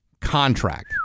contract